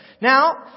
Now